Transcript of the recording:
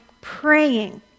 praying